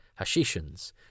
hashishans